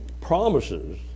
promises